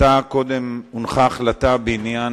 הונחה החלטה בעניין